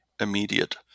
immediate